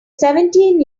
seventeen